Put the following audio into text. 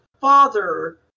father